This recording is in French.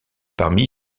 parmi